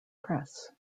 press